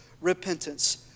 repentance